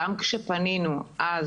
גם כשפנינו אז